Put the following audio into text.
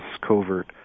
covert